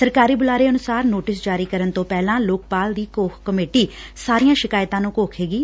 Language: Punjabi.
ਸਰਕਾਰੀ ਬੁਲਾਰੇ ਅਨੁਸਾਰ ਨੋਟਿਸ ਜਾਰੀ ਕਰਨ ਤੋਂ ਪੁਹਿਲਾਂ ਲੋਕਪਾਲ ਦੀ ਘੋਖ ਕਮੇਟੀ ਸਾਰੀਆਂ ਸ਼ਿਕਾਇਤਾਂ ਨੂੰ ਘੋਖੇਗੀ